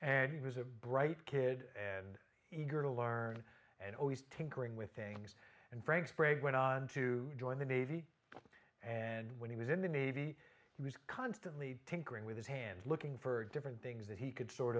and he was a bright kid and eager to learn and always tinkering with things and frank sprague went on to join the navy and when he was in the navy he was constantly tinkering with his hands looking for different things that he could sort